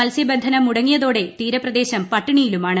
മത്സ്യബന്ധനം മുടങ്ങിയതോട്ടു തീരപ്രദേശം പട്ടിണിയിലുമാണ്